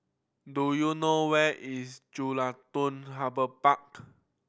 do you know where is Jelutung Harbour Park